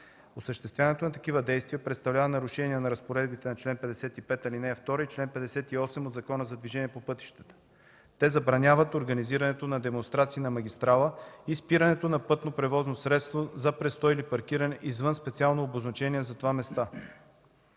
Осъществяването на такива действия представлява нарушение на разпоредбите на чл. 55, ал. 2 и чл. 58 от Закона за движение по пътищата. Те забраняват организирането на демонстрации на магистрала и спирането на пътно превозно средство за престой или паркиране извън специално обозначени за това места.